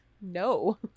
No